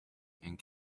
and